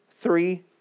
three